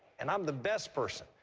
and i'm the best person,